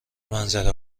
منظره